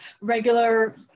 regular